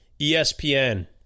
ESPN